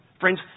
Friends